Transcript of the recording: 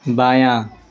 بایاں